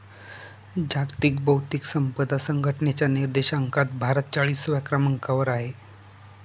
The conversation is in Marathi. जागतिक बौद्धिक संपदा संघटनेच्या निर्देशांकात भारत चाळीसव्या क्रमांकावर आहे